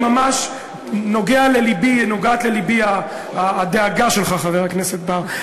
ממש נוגעת ללבי הדאגה שלך, חבר הכנסת בר.